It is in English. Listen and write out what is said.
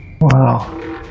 Wow